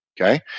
Okay